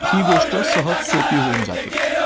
ही गोष्ट सहजसोपी होऊन जाते